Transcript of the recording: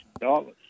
dollars